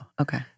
okay